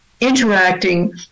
Interacting